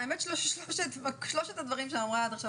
או 0.35% לאזהרת מסע חמורה,